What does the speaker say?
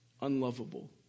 unlovable